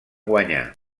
guanyar